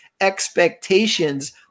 expectations